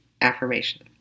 affirmation